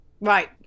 Right